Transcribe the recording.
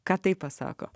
ką tai pasako